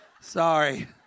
Sorry